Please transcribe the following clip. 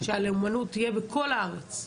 שהלאומנות תהיה בכל הארץ,